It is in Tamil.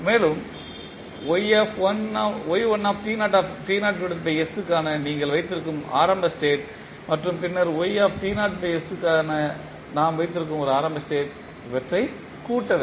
மேலும் y1t0s க்கான நீங்கள் வைத்திருக்கும் ஆரம்ப ஸ்டேட் மற்றும் பின்னர் yt0s க்கு நாம் வைத்திருக்கும் ஒரு ஆரம்ப ஸ்டேட் இவற்றை கூட்ட வேண்டும்